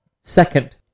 Second